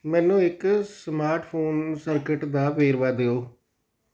ਮੈਨੂੰ ਇੱਕ smartphone circuit ਦਾ ਵੇਰਵਾ ਦਿਓ